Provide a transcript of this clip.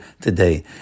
today